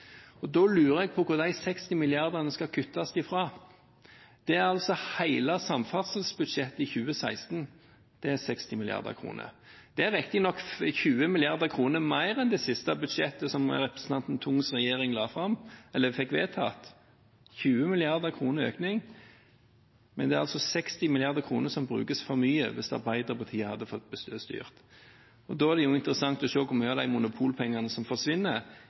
økonomi. Da lurer jeg på hvor de 60 milliardene skal kuttes. Hele samferdselsbudsjettet i 2016 er på 60 mrd. kr. Det er riktignok 20 mrd. kr mer enn det siste budsjettet som representanten Tungs regjering fikk vedtatt – 20 mrd. kr i økning – men det er altså 60 mrd. kr som brukes for mye hvis Arbeiderpartiet hadde fått styre. Og da er det jo interessant å se hvor mye av de monopolpengene som forsvinner,